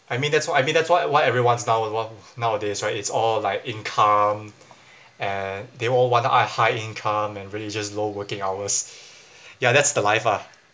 I mean that's what I mean that's why why everyone's now will want nowadays right it's all like income and they all want a high income and really just low working hours ya that's the life ah